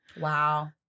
Wow